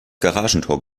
garagentor